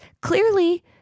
clearly